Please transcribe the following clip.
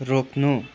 रोक्नु